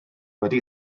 wedi